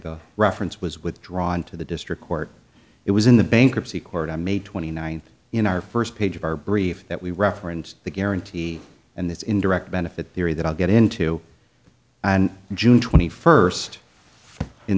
the reference was withdrawn to the district court it was in the bankruptcy court on may twenty ninth in our first page of our brief that we referenced the guarantee and this indirect benefit theory that i get into and june twenty first in